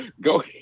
Go